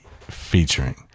featuring